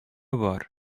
бар